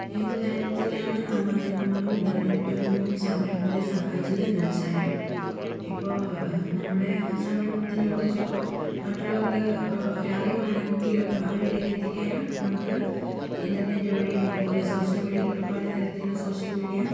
ഏതു തരത്തിലാണ് നവമാധ്യമങ്ങളും ഇൻ്റർനെറ്റും സംരംഭത്തെ സഹായിച്ചത് എന്നു വച്ചാൽ ഇപ്പോൾ നമ്മുടെ സംരംഭത്തിനെക്കുറിച്ച് ഇപ്പോൾ മറ്റുള്ളവർക്ക് ഒരറിവാണെങ്കിലും അവരിലേക്ക് എത്തിക്കാനും നമുക്ക് ഇൻ്റർനെറ്റ് വഴിയും അതുപോലെ സോഷ്യൽ മീഡിയയിൽ ഇപ്പോൾ പല തരത്തിലും സോഷ്യൽ മീഡിയ